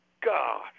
God